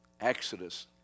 Exodus